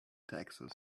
taxes